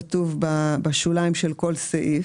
וביניהם היושב ראש או סגנו,